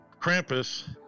Krampus